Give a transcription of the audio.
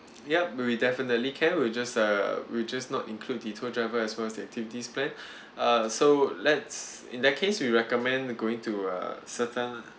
yup we definitely can we'll just uh we'll just not include the tour driver as well as the activities plan uh so let's in that case we recommend going to err certain